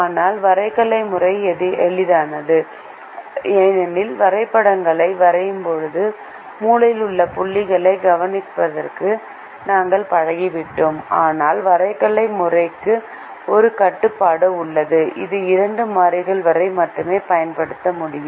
ஆனால் வரைகலை முறை எளிதானது ஏனெனில் வரைபடங்களை வரைவதற்கும் மூலையில் உள்ள புள்ளிகளைக் கவனிப்பதற்கும் நாங்கள் பழகிவிட்டோம் ஆனால் வரைகலை முறைக்கு ஒரு கட்டுப்பாடு உள்ளது இது இரண்டு மாறிகள் வரை மட்டுமே பயன்படுத்தப்பட முடியும்